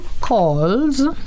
calls